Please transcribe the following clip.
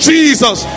Jesus